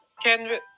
Kendrick